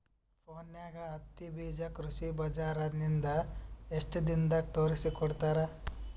ಫೋನ್ಯಾಗ ಹತ್ತಿ ಬೀಜಾ ಕೃಷಿ ಬಜಾರ ನಿಂದ ಎಷ್ಟ ದಿನದಾಗ ತರಸಿಕೋಡತಾರ?